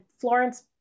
Florence